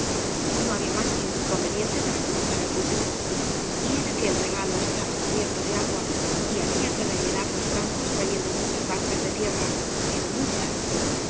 no había mas que un inconveniente para comenzar el cultivo y era que el regalo estaba cubierto de agua y había que rellenar los campos trayendo muchas barcas de tierra pero muchas